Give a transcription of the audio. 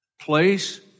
place